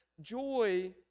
Joy